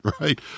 right